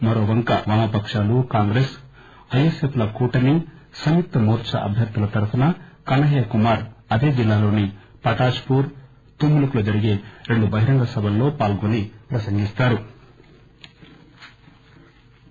మరోవంక వామపకాలు కాంగ్రెస్ ఐఎస్ ఎఫ్ల కూటమి సంయుక్త్ మోర్చా అభ్యర్థుల తరపున కన్తయ్య కుమార్ అదే జిల్లాలోని పటాప్పుర్ తమ్లుక్లలో జరిగే రెండు బహిరంగ సభల్లో పాల్గొని ప్రసంగిస్తారు